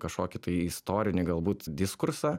kažkokį tai istorinį galbūt diskursą